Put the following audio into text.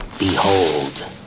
Behold